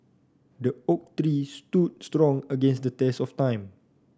the oak stood strong against the test of time